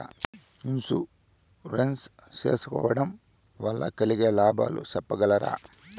Insurance సేసుకోవడం వల్ల కలిగే లాభాలు సెప్పగలరా?